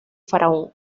faraón